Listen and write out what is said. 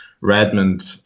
Redmond